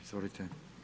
Izvolite.